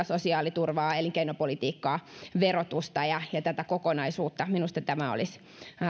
sosiaaliturvaa elinkeinopolitiikkaa verotusta ja ja tätä kokonaisuutta olisi